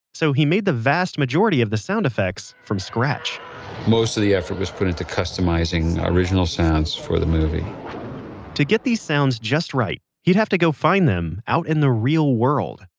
so he made the vast majority of the sound effects from scratch most of the effort was put into customizing original sounds for the movie to get these sounds just right, he'd have to go find them out in the real world.